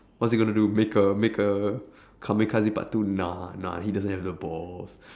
what's he going to do make a make a kamikaze part two nah nah he doesn't have the balls